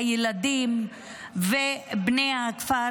הילדים ובני הכפר